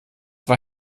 war